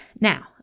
Now